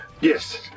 Yes